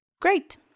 Great